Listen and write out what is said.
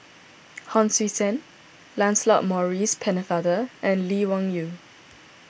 Hon Sui Sen Lancelot Maurice Pennefather and Lee Wung Yew